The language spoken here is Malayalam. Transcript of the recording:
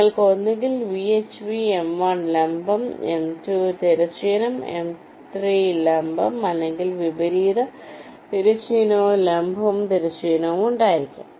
നിങ്ങൾക്ക് ഒന്നുകിൽ VHV m1 ൽ ലംബം m2 ൽ തിരശ്ചീനം m3 ൽ ലംബം അല്ലെങ്കിൽ വിപരീത തിരശ്ചീനവും ലംബവും തിരശ്ചീനവും ഉണ്ടായിരിക്കാം